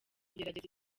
kugerageza